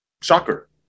shocker